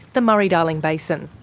the murray-darling basin.